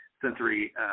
sensory